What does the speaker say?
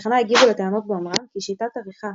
בתחנה הגיבו לטענות באומרם כי "שיטת עריכת